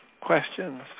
questions